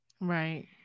Right